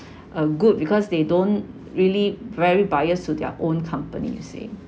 uh good because they don't really very biased to their own company you see